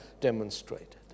demonstrated